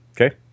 Okay